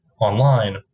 online